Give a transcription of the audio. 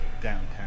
downtown